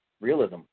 Realism